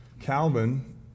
Calvin